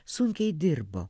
sunkiai dirbo